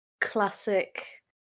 classic